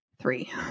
three